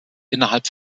innerhalb